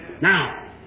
Now